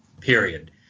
Period